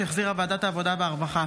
שהחזירה ועדת העבודה והרווחה.